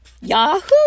yahoo